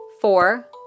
Four